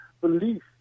belief